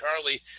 Charlie